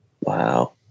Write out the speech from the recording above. Wow